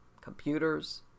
computers